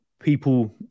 people